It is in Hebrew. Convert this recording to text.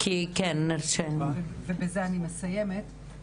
ובזה אני מסיימת.